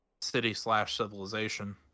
city-slash-civilization